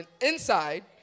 inside